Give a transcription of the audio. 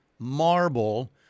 Marble